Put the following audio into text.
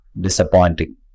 disappointing